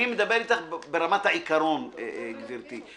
אני מדבר אתך ברמת העיקרון, גברתי.